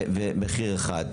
כלומר, מחיר אחד.